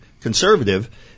conservative